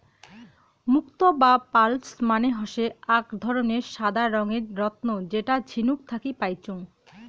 মুক্তো বা পার্লস মানে হসে আক ধরণের সাদা রঙের রত্ন যেটা ঝিনুক থাকি পাইচুঙ